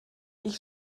ich